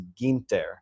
Ginter